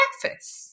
breakfast